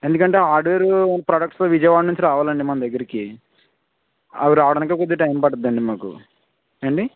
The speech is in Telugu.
ఎందుకంటే హార్డ్వేర్ ప్రొడక్ట్స్ విజయవాడ నుంచి రావాలండి మన దగ్గరకి అవి రావడానికే కొద్దిగా టైం పట్టుద్దండి మాకు ఏండీ